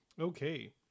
Okay